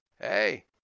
Hey